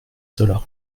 cela